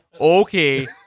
Okay